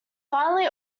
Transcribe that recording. finally